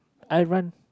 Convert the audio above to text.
I run